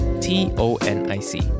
t-o-n-i-c